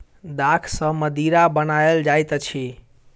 दाख सॅ मदिरा बनायल जाइत अछि